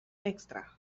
extra